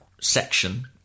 section